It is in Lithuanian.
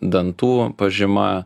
dantų pažyma